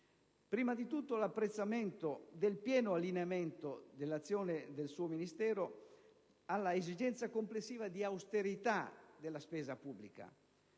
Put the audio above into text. primo luogo, l'apprezzamento per il pieno allineamento dell'azione del suo Ministero all'esigenza complessiva di austerità della spesa pubblica.